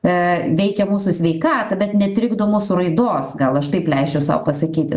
a veikia mūsų sveikatą bet netrikdo mūsų raidos gal aš taip leisčiau sau pasakyti